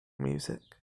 music